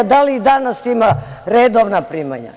Da li i danas ima redovna primanja?